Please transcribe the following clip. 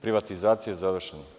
Privatizacija je završena.